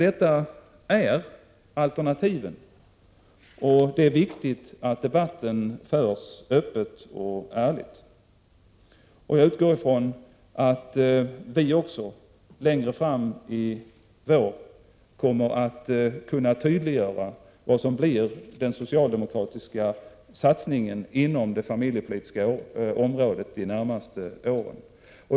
Detta är alternativet, och det är viktigt att debatten förs öppet och ärligt. Jag utgår ifrån att vi också längre fram i vår kommer att kunna tydliggöra vad som blir den socialdemokratiska satsningen inom det familjepolitiska området de närmaste åren.